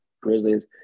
Grizzlies